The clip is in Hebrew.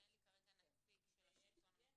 ואין לי כרגע נציג של השלטון המקומי.